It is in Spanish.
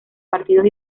partidos